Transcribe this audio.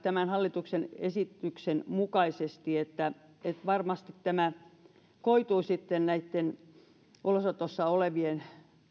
tämän hallituksen esityksen mukaisesti että varmasti tämä koituu sitten näitten ulosotossa olevien